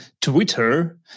Twitter